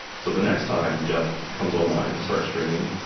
so the next time jeff comes online to start streaming,